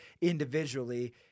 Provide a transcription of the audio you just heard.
individually